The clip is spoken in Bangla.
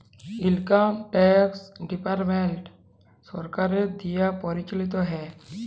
ইলকাম ট্যাক্স ডিপার্টমেন্ট সরকারের দিয়া পরিচালিত হ্যয়